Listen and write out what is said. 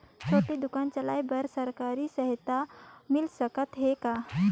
छोटे दुकान चलाय बर सरकारी सहायता मिल सकत हे का?